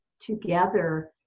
together